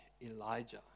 Elijah